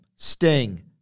Sting